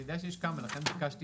אני יודע שיש כמה ולכן ביקשתי